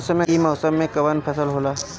ई मौसम में कवन फसल होला?